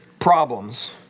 problems